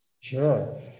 Sure